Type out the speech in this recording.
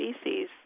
species